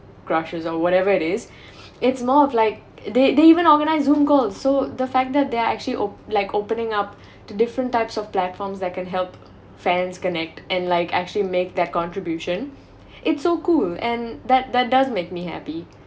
crushes or whatever it is it's more of like they they even organize zoom calls so the fact that they're actually op~ like opening up to different types of platforms that can help fans connect and like actually make their contribution it so cool and that that does make me happy